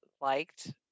liked